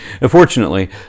Unfortunately